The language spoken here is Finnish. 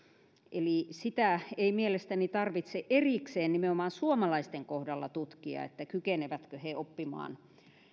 eli ei mielestäni tarvitse erikseen nimenomaan suomalaisten kohdalla tutkia kykenevätkö he oppimaan